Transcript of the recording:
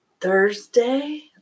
Thursday